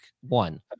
one